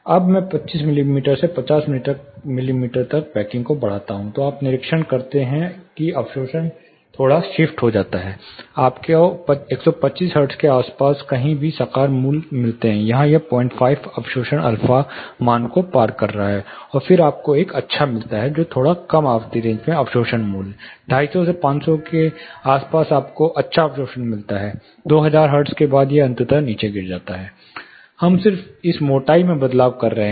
अब यदि मैं 25 से 50 मिमी तक बैकिंग बढ़ाता हूं तो आप निरीक्षण करते हैं कि अवशोषण थोड़ा शिफ्ट हो जाता है आपको 125 हर्ट्ज़ के आसपास कहीं भी साकार मूल्य मिलते हैं यहाँ यह 05 अवशोषण अल्फा मान को पार कर रहा है और फिर आपको एक अच्छा मिल जाता है थोड़ा कम आवृत्ति रेंज में अवशोषण मूल्य 250 से 500 के आसपास आपको अच्छा अवशोषण मिलता है 2000 हर्ट्ज के बाद यह अंततः नीचे गिर रहा है हम सिर्फ इस मोटाई में बदलाव कर रहे हैं